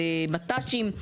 מט"שים.